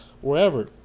wherever